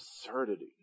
absurdity